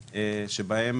שעה.